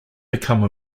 become